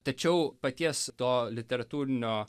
tačiau paties to literatūrinio